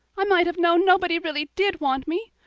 i might have known nobody really did want me.